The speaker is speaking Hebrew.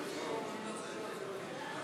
את הצעת החוק של חבר הכנסת מיקי רוזנטל?